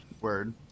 Word